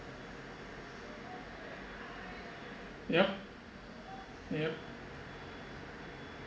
yup yup